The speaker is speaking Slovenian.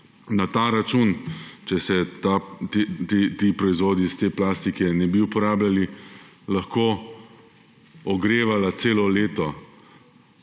na ta račun, če se ti proizvodi iz te plastike ne bi uporabljali, ogrevala celo leto